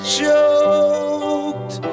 choked